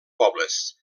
pobles